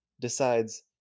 decides